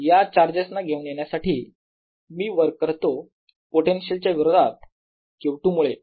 या चार्जेस ना घेऊन येण्यासाठी मी वर्क करतो पोटेन्शियल च्या विरोधात Q2 मुळे